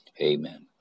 Amen